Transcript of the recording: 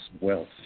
wealth